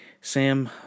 sam